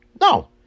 No